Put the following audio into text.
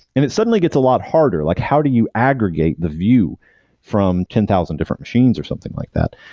and it suddenly gets a lot harder, like how do you aggregate the view from ten thousand different machines or something like that?